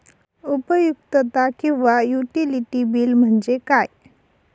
उपयुक्तता किंवा utility bill म्हणजे काय?